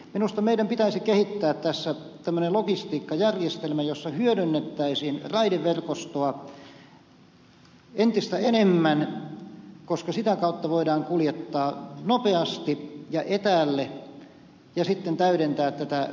minusta meidän pitäisi kehittää tässä tämmöinen logistiikkajärjestelmä jossa hyödynnettäisiin raideverkostoa entistä enemmän koska sitä kautta voidaan kuljettaa tavaraa nopeasti ja etäälle ja sitten täydentää tätä kumipyöräkuljetuksilla